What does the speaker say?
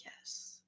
yes